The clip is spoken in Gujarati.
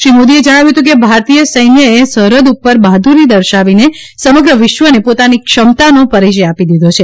શ્રી મોદીએ જણાવ્યું હતું કે ભારતીય સૈન્યએ સરહદ ઉપર બહાદુરી દર્શાવીને સમગ્ર વિશ્વને પોતાની ક્ષમતાનો પરિચય આપી દીધો છે